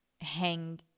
hang